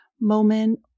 moment